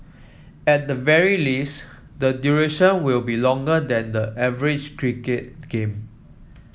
at the very least the duration will be longer than the average cricket game